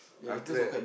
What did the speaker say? after that